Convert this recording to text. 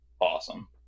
awesome